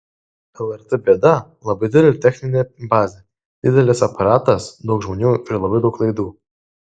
lrt bėda labai didelė techninė bazė didelis aparatas daug žmonių ir labai daug laidų